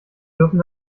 dürfen